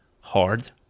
hard